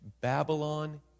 Babylon